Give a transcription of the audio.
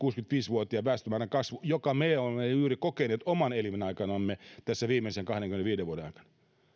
väestömäärän kasvu jonka me olemme juuri kokeneet omana elinaikanamme tässä viimeisen kahdenkymmenenviiden vuoden aikana